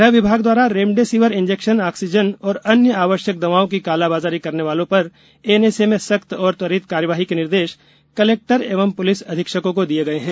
गृह विभाग द्वारा रेमडेसिविर इंजेक्शन ऑक्सीजन और अन्य आवश्यक दवाओं की कालाबाजारी करने वालों पर एनएसए में सख्त और त्वरित कार्यवाही के निर्देश कलेक्टर एवं पुलिस अधीक्षकों को दिए गए हैं